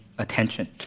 Attention